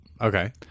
okay